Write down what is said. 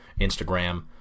Instagram